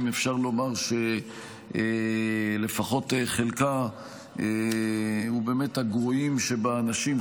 אפשר לומר שלפחות חלקה הוא באמת הגרועים שבאנשים,